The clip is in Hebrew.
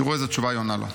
תראו איזו תשובה היא עונה לו.